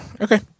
Okay